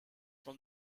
from